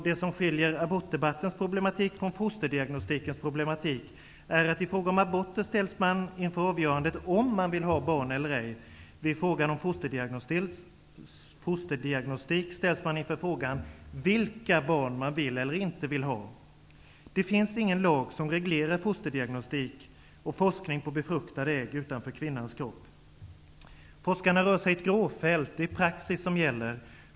Det som skiljer abortdebattens problematik från fosterdignostikens problematik är att i fråga om aborter ställs man inför avgörandet om man vill ha barn eller ej, vid frågan om fosterdiagnostik ställs man inför frågan vilka barn man vill, eller inte vill, ha. Det finns ingen lag som reglerar fosterdiagnostik och forskning på befruktade ägg utanför kvinnans kropp. Forskarna rör sig i ett gråfält, det är praxis som gäller.